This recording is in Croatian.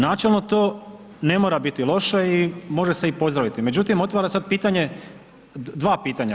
Načelo to ne mora biti loše i može se i pozdraviti, međutim otvara sad pitanje, dva pitanje.